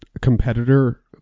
competitor